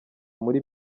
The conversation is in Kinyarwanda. muri